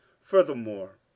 furthermore